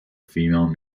female